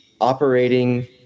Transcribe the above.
operating